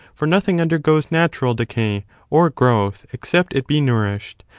for nothing undergoes natural decay or growth except it be nourished,